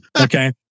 Okay